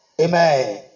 amen